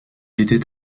était